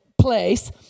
place